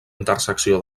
intersecció